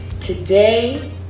Today